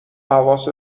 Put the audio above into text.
حواست